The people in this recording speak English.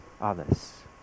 others